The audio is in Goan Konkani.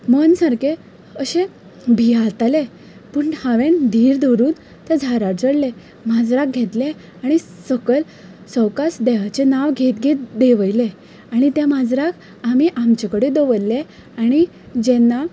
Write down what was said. मन सारकें अशें भियेंतालें पूण हांवें धीर धरून त्या झाडार चडलें माजराक घेतलें आनी सकयल सवकास देंवाचे नांव घेतघेत देंवयलें आनी त्या माजराक आमी आमचे कडेन दवरलें आनी जेन्ना